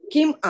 Kim